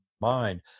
mind